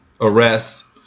arrests